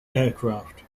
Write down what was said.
aircraft